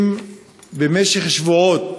אם במשך שבועות